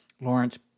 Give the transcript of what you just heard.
Lawrence